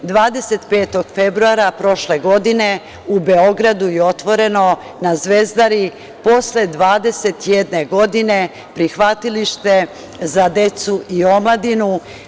Dakle, 25. februara prošle godine u Beogradu je otvoreno na Zvezdari, posle 21 godine, prihvatilište za decu i omladinu.